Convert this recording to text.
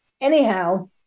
Anyhow